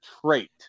trait